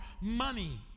money